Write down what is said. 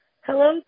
Hello